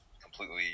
completely